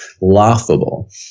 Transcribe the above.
laughable